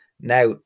Now